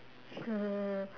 uh